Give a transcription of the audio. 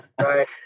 Right